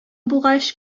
булгач